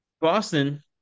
Boston